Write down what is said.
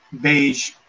beige